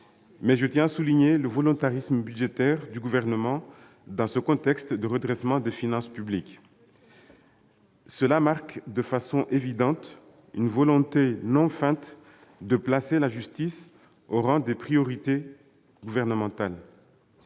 mais je tiens à souligner le volontarisme budgétaire du Gouvernement dans un contexte de redressement des finances publiques. Cela marque de façon évidente une volonté non feinte de placer la justice au rang des priorités gouvernementales.